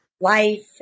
life